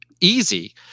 easy